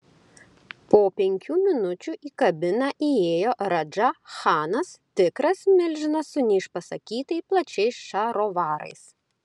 po penkių minučių į kabiną įėjo radža chanas tikras milžinas su neišpasakytai plačiais šarovarais